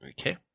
Okay